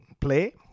play